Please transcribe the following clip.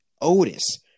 Otis